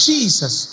Jesus